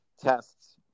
tests